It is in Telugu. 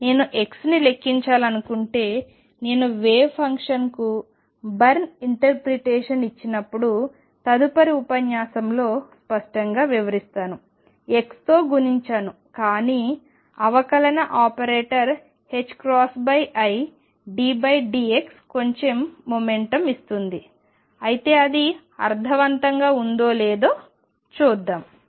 కాబట్టి నేను xని లెక్కించాలనుకుంటే నేను వేవ్ ఫంక్షన్కు బర్న్ ఇంటర్ప్రెటేషన్ని ఇచ్చినప్పుడు తదుపరి ఉపన్యాసంలో స్పష్టంగా వివరిస్తాను xతో గుణించాను కానీ అవకలన ఆపరేటర్ iddx కొంచెం మొమెంటం ఇస్తుంది అయితే అది అర్ధవంతంగా ఉందో లేదో చూద్దాం